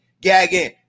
gagging